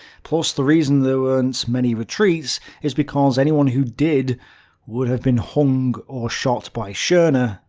plus the reason there weren't many retreats is because anyone who did would have been hung or shot by schorner,